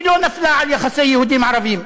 היא לא נפלה על יחסי יהודים ערבים.